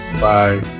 bye